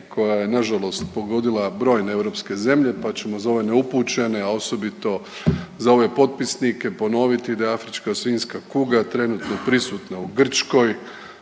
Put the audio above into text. koja je nažalost pogodila brojne europske zemlje pa ćemo za ove neupućene, a osobito za ove potpisnike ponoviti da je afrička svinjska kuga trenutno prisutna u Grčkoj,